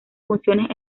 funciones